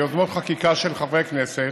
יוזמות חקיקה של חברי כנסת